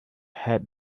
had